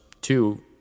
two